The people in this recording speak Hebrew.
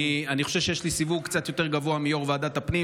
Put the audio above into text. אני חושב שיש לי סיווג קצת יותר גבוה משל יו"ר ועדת הפנים,